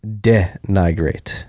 de-nigrate